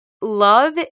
love